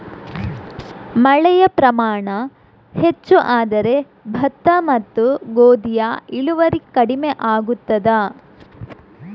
ಮಳೆಯ ಪ್ರಮಾಣ ಹೆಚ್ಚು ಆದರೆ ಭತ್ತ ಮತ್ತು ಗೋಧಿಯ ಇಳುವರಿ ಕಡಿಮೆ ಆಗುತ್ತದಾ?